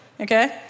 okay